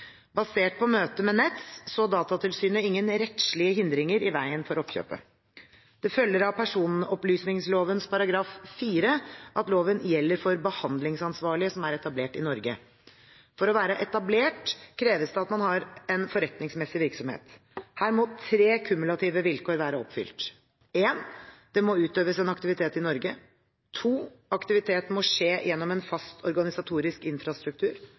Basert på møtet med Nets så Datatilsynet ingen rettslige hindringer i veien for oppkjøpet. Det følger av personopplysningloven § 4 at loven gjelder for behandlingsansvarlige som er etablert i Norge. For å være «etablert» kreves det at man har en forretningsmessig virksomhet. Her må tre kumulative vilkår være oppfylt: Det må utøves en aktivitet i Norge Aktiviteten må skje gjennom en fast organisatorisk infrastruktur